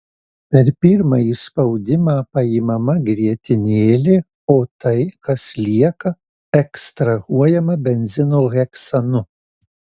per pirmąjį spaudimą paimama grietinėlė o tai kas lieka ekstrahuojama benzino heksanu